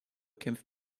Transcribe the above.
kämpft